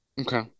Okay